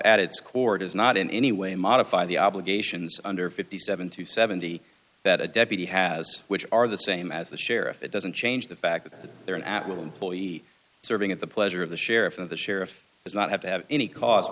at its core does not in any way modify the obligations under fifty seven to seventy that a deputy has which are the same as the sheriff it doesn't change the fact that they are an at will employee serving at the pleasure of the sheriff and the sheriff does not have to have any cost